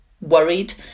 worried